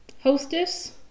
hostess